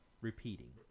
Repeating